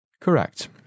Correct